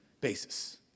basis